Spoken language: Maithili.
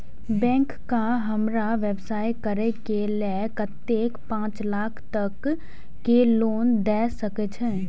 बैंक का हमरा व्यवसाय करें के लेल कतेक पाँच लाख तक के लोन दाय सके छे?